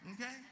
okay